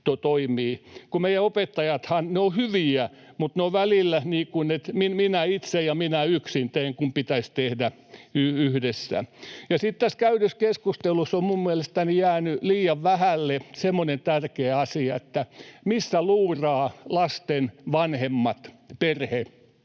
Meidän opettajathan ovat hyviä, mutta he ovat välillä, että ”minä itse” ja ”minä yksin tein”, kun pitäisi tehdä yhdessä. Sitten tässä käydyssä keskustelussa on minun mielestäni jäänyt liian vähälle semmoinen tärkeä asia, että missä luuraavat lasten vanhemmat, perhe.